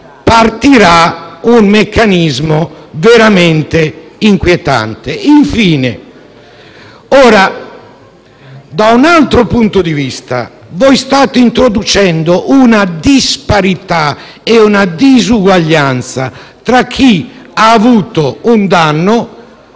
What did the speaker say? partirà un meccanismo veramente inquietante. Infine, da un altro punto di vista state introducendo una disparità e una disuguaglianza tra chi ha avuto un danno